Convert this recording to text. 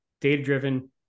data-driven